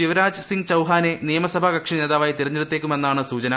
ശിവരാജ് സിങ് ചൌഹാനെ നിയമസഭാ കക്ഷിനേതാവായി തെരഞ്ഞെടുത്തേയ്ക്കുമെന്നാണ് സൂചന